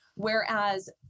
Whereas